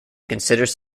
considers